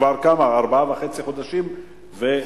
כבר כמה, ארבעה חודשים וחצי?